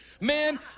Man